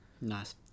Nice